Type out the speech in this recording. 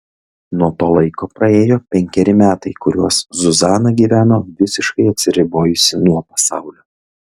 nuo to laiko praėjo penkeri metai kuriuos zuzana gyveno visiškai atsiribojusi nuo pasaulio